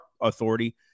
authority